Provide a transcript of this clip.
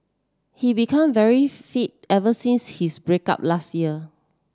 he become very fit ever since his break up last year